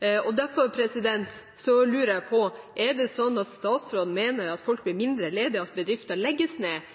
Derfor lurer jeg på: Mener statsråden at folk blir mindre ledige av at bedrifter legges ned,